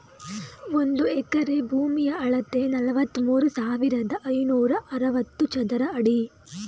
ಒಂದು ಎಕರೆ ಭೂಮಿಯ ಅಳತೆ ನಲವತ್ಮೂರು ಸಾವಿರದ ಐನೂರ ಅರವತ್ತು ಚದರ ಅಡಿ